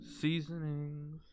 Seasonings